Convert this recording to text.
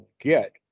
get